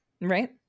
Right